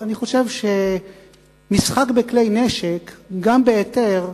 אני חושב שמשחק בכלי נשק, גם בהיתר,